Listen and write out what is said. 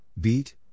beat